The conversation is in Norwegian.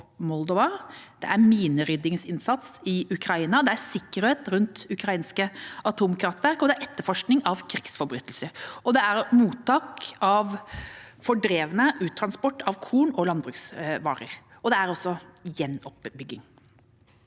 – mineryddingsinnsats i Ukraina – sikkerhet rundt ukrainske atomkraftverk – etterforskning av krigsforbrytelser – mottak av fordrevne – uttransport av korn og landbruksvarer – gjenoppbygging